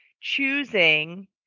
choosing